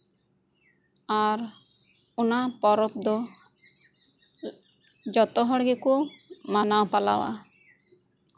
ᱟᱨ ᱚᱱᱟ ᱯᱚᱨᱚᱵ ᱫᱚ ᱡᱚᱛᱚ ᱦᱚᱲ ᱜᱮᱠᱚ ᱢᱟᱱᱟᱣ ᱯᱟᱞᱟᱣᱟ